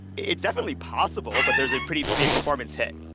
it's definitely possible, but there's a pretty big performance hit.